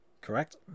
correct